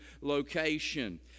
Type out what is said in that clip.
location